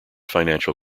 financial